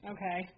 Okay